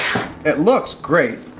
it looks great!